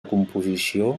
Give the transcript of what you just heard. composició